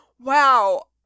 Wow